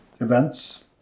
events